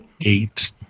eight